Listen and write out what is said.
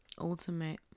Ultimate